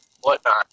whatnot